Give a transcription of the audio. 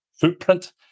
footprint